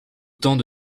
temps